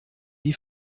die